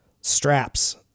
straps